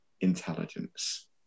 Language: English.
intelligence